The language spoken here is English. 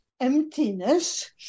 emptiness